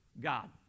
God